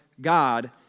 God